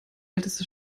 älteste